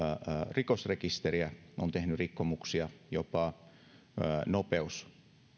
rikosrekisteriä on tehnyt rikkomuksia jopa ajonopeussakot